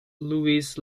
louis